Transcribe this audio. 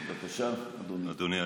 נכון, בגלל זה